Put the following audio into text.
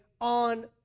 on